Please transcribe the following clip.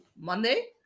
Monday